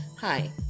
hi